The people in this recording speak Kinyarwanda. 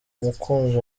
n’umukunzi